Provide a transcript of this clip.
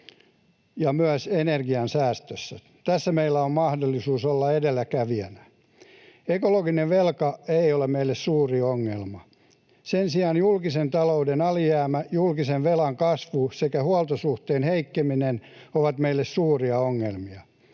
ja myös energiansäästössä. Tässä meillä on mahdollisuus olla edelläkävijänä. Ekologinen velka ei ole meille suuri ongelma. Sen sijaan julkisen talouden alijäämä, julkisen velan kasvu sekä huoltosuhteen heikkeneminen ovat meille suuria ongelmia.